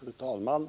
Fru talman!